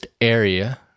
area